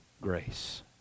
grace